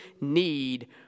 need